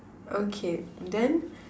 okay then